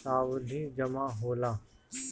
सावधि जमा होला